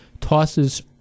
Tosses